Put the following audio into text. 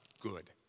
good